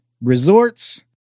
resorts